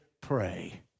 pray